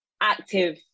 active